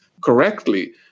correctly